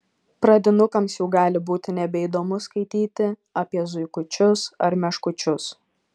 pradinukams jau gali būti nebeįdomu skaityti apie zuikučius ar meškučius